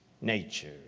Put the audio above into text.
nature